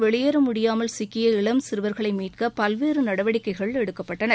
வெளியேற முடியாமல் சிக்கிய இளம் சிறுவர்களை மீட்க பல்வேறு நடவடிக்கைகள் எடுக்கப்பட்டன